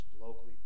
locally